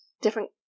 different-